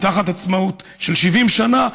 תחת עצמאות 70 שנה,